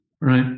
right